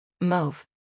Mauve